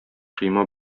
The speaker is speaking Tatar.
койма